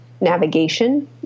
navigation